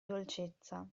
dolcezza